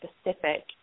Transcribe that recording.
specific